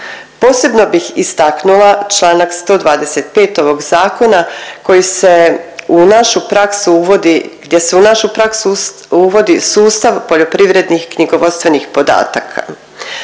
se u našu praksu uvodi, gdje se u našu praksu uvodi sustav poljoprivrednih knjigovodstvenih podataka.